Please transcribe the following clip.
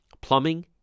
Plumbing